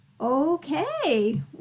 Okay